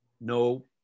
no